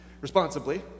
responsibly